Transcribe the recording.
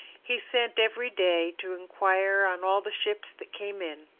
he sent every day to inquire on all the ships that came in.